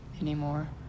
anymore